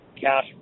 cash